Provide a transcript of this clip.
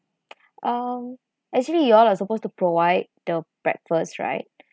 um actually you all are supposed to provide the breakfast right